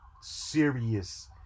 serious